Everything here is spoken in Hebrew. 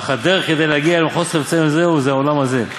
אך הדרך כדי להגיע אל מחוז חפצנו זה הוא העולם הזה.